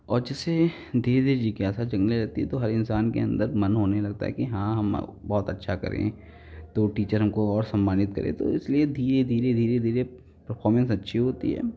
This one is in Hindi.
और जैसे धीरे धीरे जिज्ञासा जागने लगती तो हर इंसान के अंदर मन होने लगता कि हाँ हम बहुत अच्छा करेंगे तो टीचर हमको और सम्मानित करे तो इसलिए धीरे धीरे धीरे धीरे परफॉरमेंस अच्छी होती है